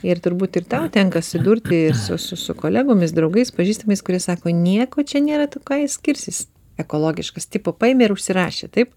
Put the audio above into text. ir turbūt ir tau tenka sudurti su kolegomis draugais pažįstamais kurie sako nieko čia nėra ką jie skirsis ekologiškas tipo paėmė ir užsirašė taip